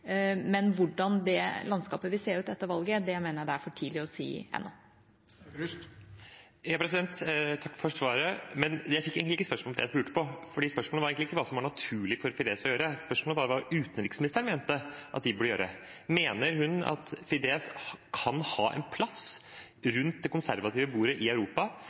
Men hvordan det landskapet vil se ut etter valget, mener jeg det er for tidlig å si ennå. Takk for svaret, men jeg fikk egentlig ikke svar på det jeg spurte om, for spørsmålet var ikke hva det var naturlig for Fidesz å gjøre, spørsmålet var hva utenriksministeren mente de burde gjøre. Mener hun at Fidesz kan ha en plass rundt det konservative bordet i